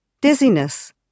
dizziness